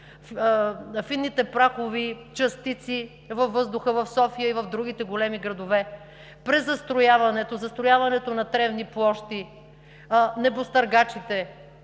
фините прахови частици във въздуха в София и другите големи градове, презастрояването, застрояването на тревни площи, небостъргачите.